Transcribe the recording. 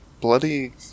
bloody